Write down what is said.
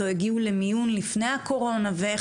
או הגיעו למיון לפני הקורונה ואיך